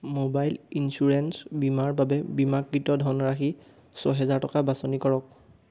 mobile insurance বীমাৰ বাবে বীমাকৃত ধনৰাশি ছহেজাৰ টকা বাছনি কৰক